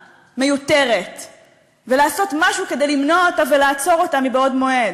מיותרת ולעשות משהו כדי למנוע אותה ולעצור אותה בעוד מועד.